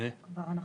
ומה?